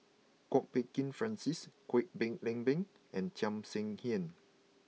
Kwok Peng Kin Francis Kwek Leng Beng and Tham Sien Yen